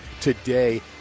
today